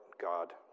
God